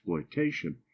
exploitation